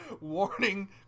Warning